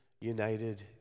united